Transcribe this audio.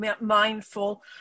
mindful